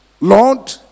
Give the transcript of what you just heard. Lord